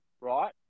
right